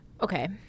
Okay